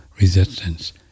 resistance